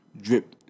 Drip